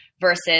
versus